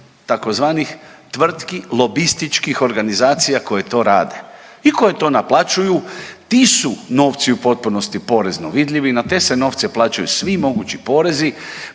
tzv. tvrtki lobističkih organizacija koje to rade i koje to naplaćuju ti su novci u potpunosti porezno vidljivi, na te se novce plaćaju svi mogući porezi,